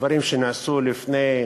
ושדברים שנעשו לפני